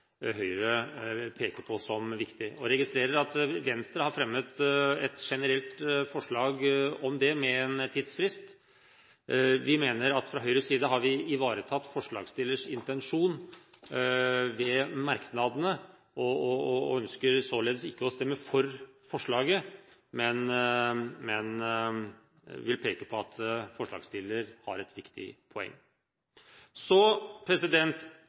Høyre vil peke på at en evaluering av disse bestemmelsene uansett er viktig. Vi registrerer at Venstre har fremmet et generelt forslag om det med en tidsfrist. Fra Høyres side mener vi at forslagsstillers intensjon er ivaretatt ved merknadene og ønsker således ikke å stemme for forslaget, men vi peker på at forslagsstiller har et viktig